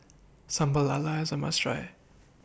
Sambal Lala IS A must Try